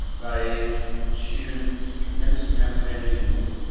they consume tremendous amounts of energy and water,